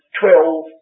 twelve